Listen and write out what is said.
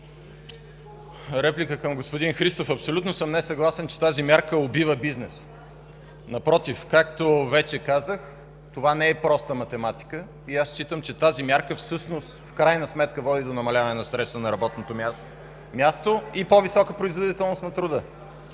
Реплика към господин Христов. Абсолютно не съм съгласен, че тази мярка убива бизнеса. Напротив, както вече казах, това не е проста математика. Считам, че тази мярка всъщност, в крайна сметка води до намаляване на стреса на работното място и по-висока производителност на труда.